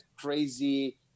crazy